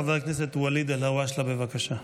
חבר הכנסת ואליד אלהואשלה, בבקשה.